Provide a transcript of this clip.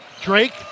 Drake